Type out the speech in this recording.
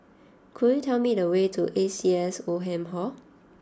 could you tell me the way to A C S Oldham Hall